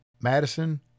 Madison